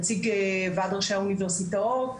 נציג ועד ראשי האוניברסיטאות,